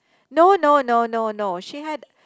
no no no no no she had